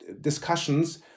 discussions